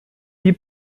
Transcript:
die